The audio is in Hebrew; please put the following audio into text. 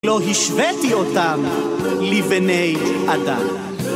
לא השוויתי אותם, לבני אדם.